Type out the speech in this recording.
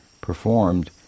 performed